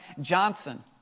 Johnson